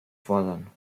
fordern